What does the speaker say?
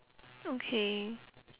okay